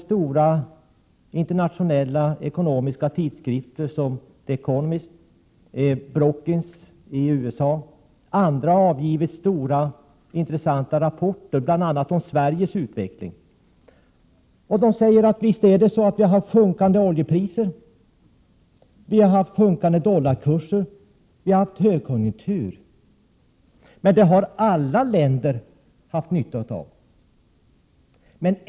Stora internationella ekonomiska tidskrifter, The Economist Brookings, USA m.fl. har avgivit intressanta rapporter om bl.a. Sveriges utveckling. Visst har vi haft sjunkande oljepriser, sjunkande dollarkurser och högkonjunktur. Men det har alla länder haft nytta av.